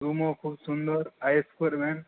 রুমও খুব সুন্দর আয়েস করবেন